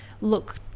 look